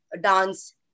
dance